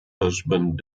husband